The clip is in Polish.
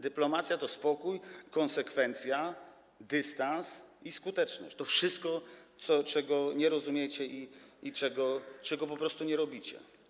Dyplomacja to spokój, konsekwencja, dystans i skuteczność, czyli to wszystko, czego nie rozumiecie i czego po prostu nie robicie.